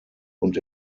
und